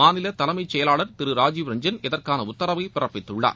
மாநில தலைமைச்செயலாளர் திரு ராஜீவ் ரஞ்சன் இதற்கான உத்தரவை பிறப்பித்துள்ளார்